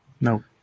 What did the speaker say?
no